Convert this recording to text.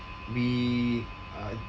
we are